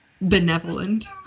benevolent